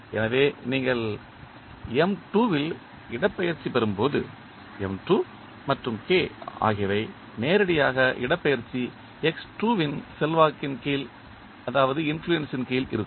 எனவே நீங்கள் M2 இல் இடப்பெயர்ச்சி பெறும்போது M2 மற்றும் K ஆகியவை நேரடியாக இடப்பெயர்ச்சி x2 இன் செல்வாக்கின் கீழ் இருக்கும்